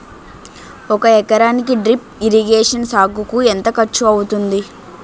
ఒక ఎకరానికి drip irrigation సాగుకు ఎంత ఖర్చు అవుతుంది?